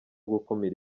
gukumira